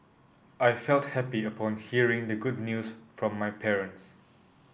I felt happy upon hearing the good news from my parents